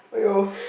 aiyo